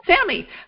sammy